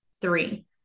three